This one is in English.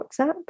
WhatsApp